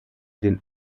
den